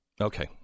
Okay